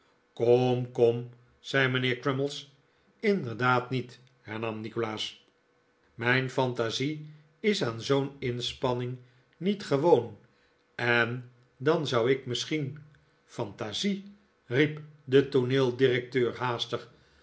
kom kom zei mijnheer crummies inderdaad niet hernam nikolaas mijn fantasie is aan zoo'n inspanning niet gewoon en dan zou ik misschien fantasie riep de tooneeldirecteur haastig